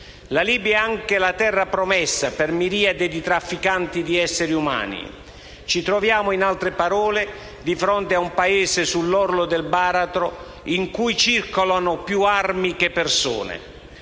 La Libia è anche la terra promessa per le miriadi di trafficanti di esseri umani. Ci troviamo, in altre parole, di fronte a un Paese sull'orlo del baratro, in cui circolano più armi che persone,